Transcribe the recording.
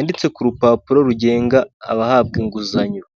ndetse no mu myidagaduro.